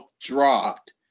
dropped